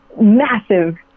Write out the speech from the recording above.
massive